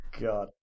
God